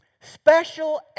Special